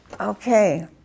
Okay